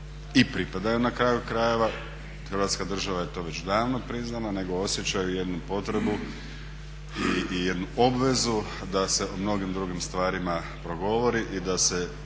i pripadaju na kraju krajeva, Hrvatska država je to već davno priznala, nego osjećaju jednu potrebu i jednu obvezu da se o mnogim drugim stvarima progovori i da se